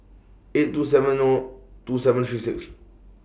eight two seven O two seven three six